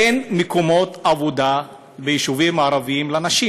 אין מקומות עבודה ביישובים הערביים לנשים.